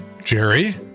Jerry